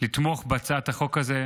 לתמוך בהצעת החוק הזו.